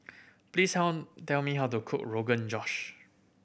please tell tell me how to cook Rogan Josh